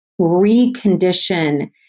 recondition